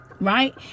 right